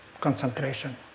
concentration